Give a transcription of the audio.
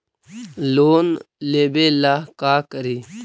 Loan लेबे ला का करि?